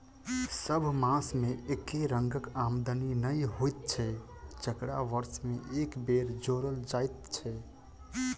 सभ मास मे एके रंगक आमदनी नै होइत छै जकरा वर्ष मे एक बेर जोड़ल जाइत छै